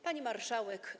Pani Marszałek!